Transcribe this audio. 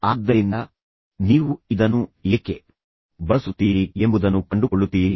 ಆದ್ದರಿಂದ ನೀವು ಇದನ್ನು ಏಕೆ ಬಳಸುತ್ತೀರಿ ಎಂಬುದನ್ನು ನೀವು ಕಂಡುಕೊಳ್ಳುತ್ತೀರಿ